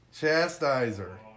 Chastiser